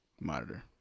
monitor